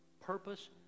purpose